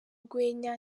rwenya